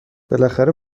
بالاخره